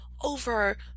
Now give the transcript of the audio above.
over